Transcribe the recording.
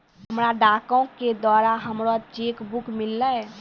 हमरा डाको के द्वारा हमरो चेक बुक मिललै